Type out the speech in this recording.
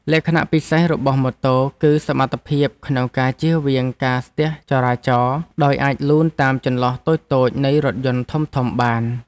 លក្ខណៈពិសេសរបស់ម៉ូតូគឺសមត្ថភាពក្នុងការជៀសវាងការស្ទះចរាចរណ៍ដោយអាចលូនតាមចន្លោះតូចៗនៃរថយន្តធំៗបាន។